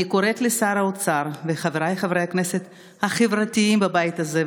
אני קוראת לשר האוצר ולחבריי חברי הכנסת החברתיים בבית הזה,